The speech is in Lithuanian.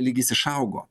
lygis išaugo